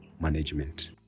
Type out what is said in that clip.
management